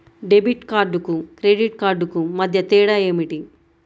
Debit కార్డుకు credit కార్డుకు మధ్య తేడా ఏమిటీ?